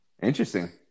Interesting